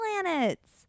planets